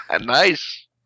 nice